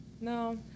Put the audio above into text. no